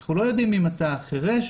אנחנו לא יודעים אם הוא חירש,